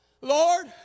Lord